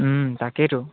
তাকেইতো